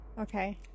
Okay